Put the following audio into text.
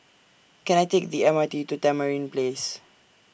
Can I Take The M R T to Tamarind Place